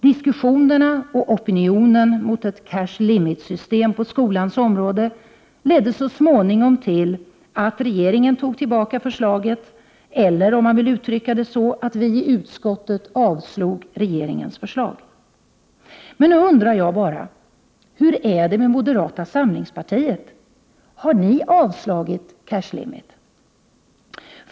Diskussionerna och opinionen mot ett cash limit-system på skolans område ledde så småningom till att regeringen tog tillbaka förslaget — eller, om man vill uttrycka det så, till att vi i utskottet avstyrkte regeringens förslag. Men nu undrar jag bara: Hur är det med moderata samlingspartiet? Har ni avstyrkt cash limit?